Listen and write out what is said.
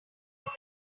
will